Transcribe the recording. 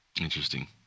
Interesting